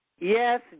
Yes